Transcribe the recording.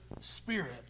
spirit